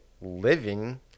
living